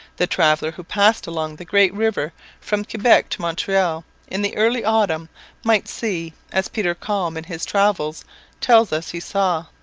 the traveller who passed along the great river from quebec to montreal in the early autumn might see, as peter kalm in his travels tells us he saw,